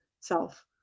self